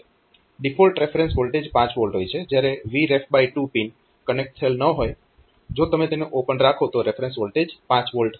default reference voltage 5 V હોય છે જ્યારે Vref 2 પિન કનેક્ટ થયેલ ન હોય જો તમે તેને ઓપન રાખો તો રેફરન્સ વોલ્ટેજ 5 V હશે